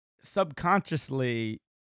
subconsciously